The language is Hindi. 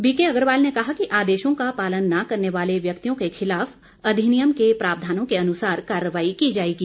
बीके अग्रवाल ने कहा कि आदेशों का पालन न करने वाले व्यक्तियों के खिलाफ अधिनियम के प्रावधानों के अनुसार कार्रवाई की जाएगी